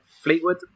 Fleetwood